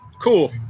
Cool